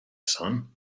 son